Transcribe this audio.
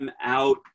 out